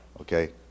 Okay